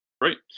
great